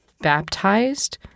Baptized